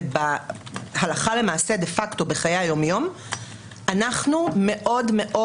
ובהלכה למעשה בחיי היום-יום אנחנו מאוד מאוד